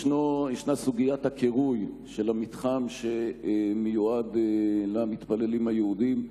ישנה סוגיית הקירוי של המתחם שמיועד למתפללים היהודים.